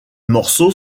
morceaux